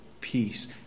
peace